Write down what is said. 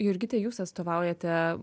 jurgita jūs atstovaujate